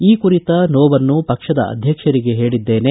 ಈ ಕುರಿತ ನನ್ನ ನೋವನ್ನು ಪಕ್ಷದ ಅಧ್ಯಕ್ಷರಿಗೆ ಹೇಳದ್ದೇನೆ